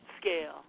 scale